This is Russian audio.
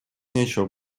нечего